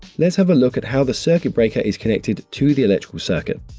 let's have a look at how the circuit breaker is connected to the electrical circuit.